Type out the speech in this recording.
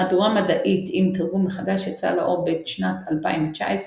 מהדורה מדעית עם תרגום מחדש יצא לאור בשנת 2019,